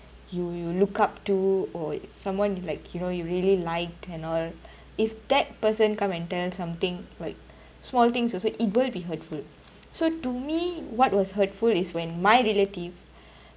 you you'll look up to or someone like you know you really liked and all if that person come and tell something like small things also it will be hurtful so to me what was hurtful is when my relative